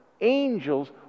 angels